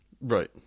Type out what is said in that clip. Right